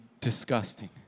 disgusting